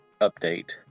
update